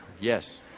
Yes